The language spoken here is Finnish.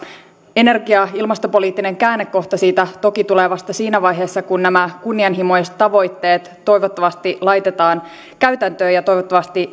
energia ja ilmastopoliittinen käännekohta siitä toki tulee vasta siinä vaiheessa kun nämä kunnianhimoiset tavoitteet toivottavasti laitetaan käytäntöön ja toivottavasti